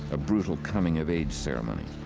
a brutal coming of age ceremony.